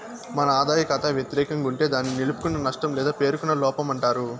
మన ఆదాయ కాతా వెతిరేకం గుంటే దాన్ని నిలుపుకున్న నష్టం లేదా పేరుకున్న లోపమంటారు